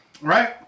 right